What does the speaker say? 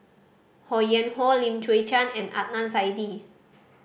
Ho Yuen Hoe Lim Chwee Chian and Adnan Saidi